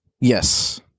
Yes